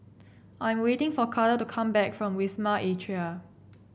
I'm waiting for Carter to come back from Wisma Atria